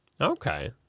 Okay